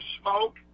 smoke